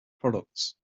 products